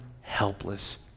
helpless